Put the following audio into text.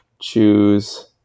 choose